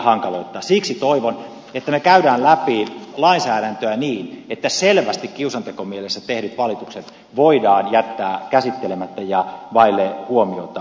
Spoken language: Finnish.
siksi toivon että me käymme läpi lainsäädäntöä niin että selvästi kiusantekomielessä tehdyt valitukset voidaan jättää käsittelemättä ja vaille huomiota